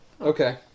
Okay